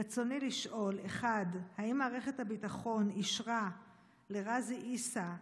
רצוני לשאול: 1. האם מערכת הביטחון אישרה לע'אזי עיסא,